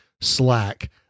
slack